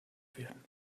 werden